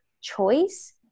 choice